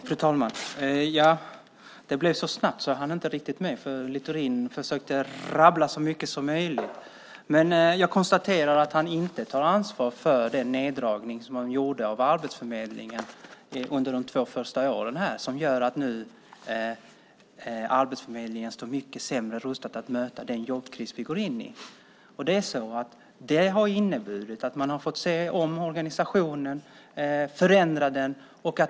Fru talman! Det gick så snabbt att jag inte riktigt hann med. Littorin försökte rabbla så mycket som möjligt. Jag konstaterar att han inte tar ansvar för den neddragning som man gjorde av Arbetsförmedlingen under de två första åren som gör att Arbetsförmedlingen nu står mycket sämre rustad att möta den jobbkris som vi går in i. Det har inneburit att man har fått se över organisationen och förändra den.